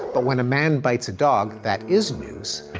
but when a man bites a dog, that is news.